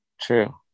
True